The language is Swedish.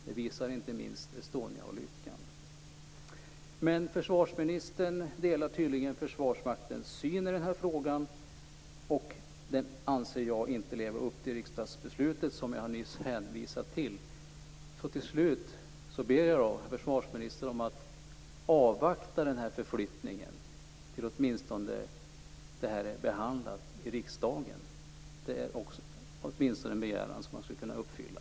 Det visar inte minst Försvarsministern delar tydligen Försvarsmaktens syn i denna fråga. Jag anser att man inte lever upp till det riksdagsbeslut som jag nyss har hänvisat till. Till slut ber jag försvarsministern om att avvakta med förflyttningen åtminstone tills ärendet är behandlat i riksdagen. Det är en begäran som man skulle kunna bifalla.